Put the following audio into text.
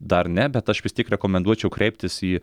dar ne bet aš vis tiek rekomenduočiau kreiptis į